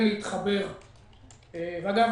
אגב,